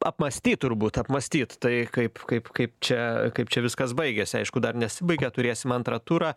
apmąstyt turbūt apmąstyt tai kaip kaip kaip čia kaip čia viskas baigiasi aišku dar nesibaigė turėsim antrą turą